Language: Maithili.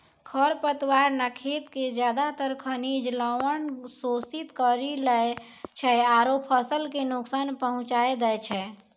खर पतवार न खेत के ज्यादातर खनिज लवण शोषित करी लै छै आरो फसल कॅ नुकसान पहुँचाय दै छै